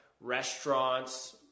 restaurants